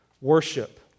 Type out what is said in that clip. worship